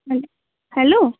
hello hello